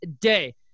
day